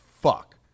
fuck